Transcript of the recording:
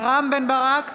נגד ניר ברקת,